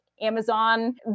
Amazon